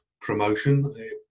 promotion